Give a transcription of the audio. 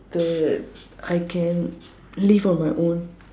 that I can live on my own